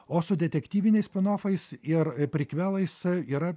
o su detektyviniais spinofais ir prikvelais i yra